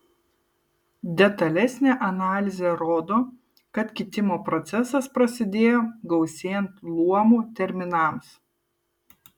detalesnė analizė rodo kad kitimo procesas prasidėjo gausėjant luomų terminams